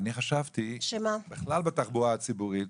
חשבתי לגבי התחבורה הציבורית